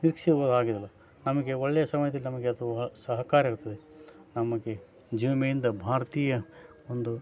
ನಿರೀಕ್ಷೆ ಅವು ಆಗಿದಾವೆ ನಮಗೆ ಒಳ್ಳೆಯ ಸಮಯದಲ್ಲಿ ನಮಗೆ ಅದು ಸಹಕಾರ ಇರ್ತದೆ ನಮಗೆ ಜೀವ ವಿಮೆಯಿಂದ ಭಾರತೀಯ ಒಂದು